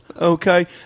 okay